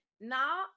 Now